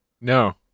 no